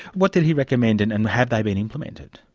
what did he recommend and and have they been implemented?